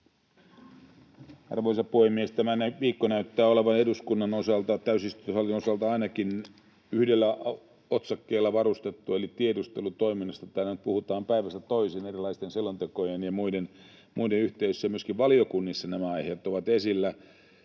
Arvoisa puhemies! Tämä viikko näyttää olevan eduskunnan osalta — täysistuntosalin osalta ainakin — yhdellä otsakkeella varustettu, eli tiedustelutoiminnasta täällä nyt puhutaan päivästä toiseen erilaisten selontekojen ja muiden yhteydessä. Myöskin valiokunnissa nämä aiheet ovat esillä.